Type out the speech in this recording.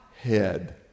head